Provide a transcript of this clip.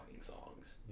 songs